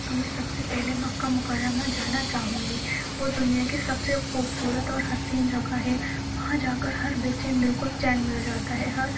تو میں سب سے پہلے مکّہ مکرمہ جانا چاہوں گی وہ دنیا کی سب سے خوبصورت اور حسین جگہ ہے وہاں جا کر ہر بے چین دِل کو چین مِل جاتا ہے ہر